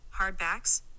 hardbacks